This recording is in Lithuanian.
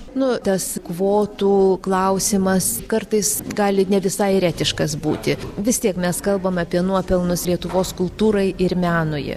nu tas kvotų klausimas kartais gali ne visai ir etiškas būti vis tiek mes kalbam apie nuopelnus lietuvos kultūrai ir menui